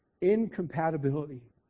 incompatibility